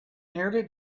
nearly